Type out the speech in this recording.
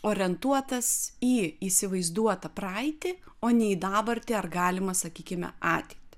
orientuotas į įsivaizduotą praeitį o ne į dabartį ar galimą sakykime ateitį